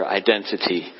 identity